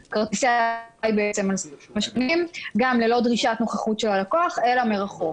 --- גם ללא דרישת נוכחות של הלקוח אלא מרחוק.